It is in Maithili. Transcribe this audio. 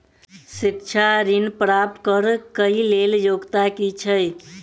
शिक्षा ऋण प्राप्त करऽ कऽ लेल योग्यता की छई?